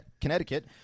Connecticut